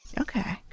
Okay